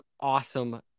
awesome